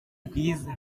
rwiza